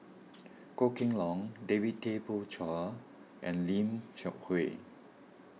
Goh Kheng Long David Tay Poey Cher and Lim Seok Hui